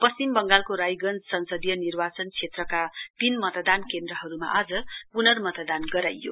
पश्चिम बंगालको राजगंज संसदीय निर्वाचन क्षेत्रका तीन मतदान केन्द्रहरूमा आज पुनर्मतदान गराइयो